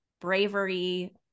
bravery